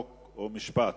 חוק ומשפט.